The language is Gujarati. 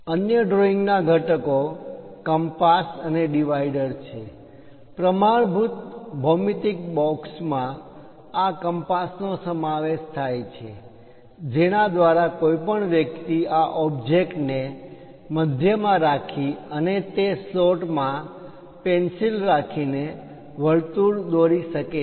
અન્ય ડ્રોઇંગ ના ઘટકો કંપાસ કાગળ પર વર્તુળ દોરવાનું સાધન અને ડિવાઈડર છે પ્રમાણભૂત ભૌમિતિક બોક્સમાં આ કંપાસ નો સમાવેશ થાય છે જેના દ્વારા કોઈ વ્યક્તિ આ ઓબ્જેક્ટ ને મધ્યમાં રાખી અને તે સ્લોટ માં પેન્સિલ રાખીને વર્તુળ દોરી શકે છે